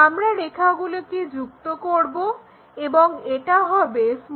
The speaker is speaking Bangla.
আমরা রেখাগুলোকে যুক্ত করব এবং এটা হবে ab